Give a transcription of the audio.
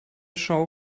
show